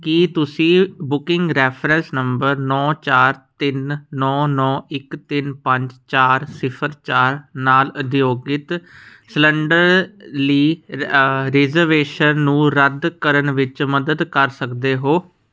ਕੀ ਤੁਸੀਂ booking reference number ਨੌਂ ਚਾਰ ਤਿੰਨ ਨੌਂ ਨੌਂ ਇੱਕ ਤਿੰਨ ਪੰਜ ਚਾਰ ਸਿਫਰ ਚਾਰ ਨਾਲ ਉਦਯੋਗਿਕ ਸਿਲੰਡਰ ਲਈ ਰਿਜ਼ਰਵੇਸ਼ਨ ਨੂੰ ਰੱਦ ਕਰਨ ਵਿੱਚ ਮਦਦ ਕਰ ਸਕਦੇ ਹੋ